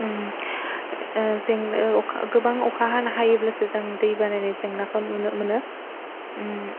जों अखा गोबां अखा हाना हायोब्लासो जों दैबानानि जेंनाखौ नुनो मोनो